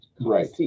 Right